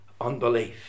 unbelief